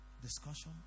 discussion